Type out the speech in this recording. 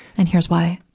and here's why.